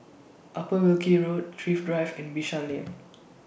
Upper Wilkie Road Thrift Drive and Bishan Lane